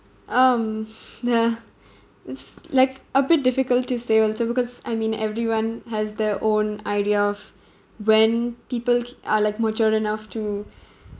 um uh it's like a bit difficult to say also because I mean everyone has their own idea of when people are like mature enough to